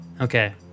Okay